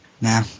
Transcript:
Now